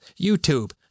YouTube